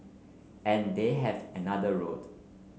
and they have another road